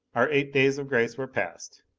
our eight days of grace were passed.